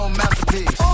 masterpiece